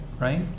right